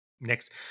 next